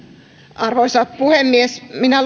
arvoisa puhemies minä